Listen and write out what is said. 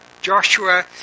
joshua